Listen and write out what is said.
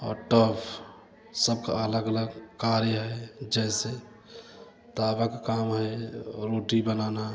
और टफ़ सबका अलग अलग कार्य है जैसे तवा का काम है रोटी बनाना